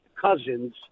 cousins